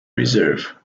reserve